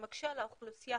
מקשה על האוכלוסייה